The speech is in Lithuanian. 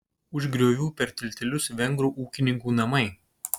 už griovių per tiltelius vengrų ūkininkų namai